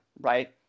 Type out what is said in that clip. right